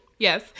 Yes